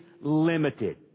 limited